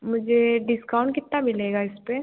मुझे डिस्काउंट कितना मिलेगा इसपे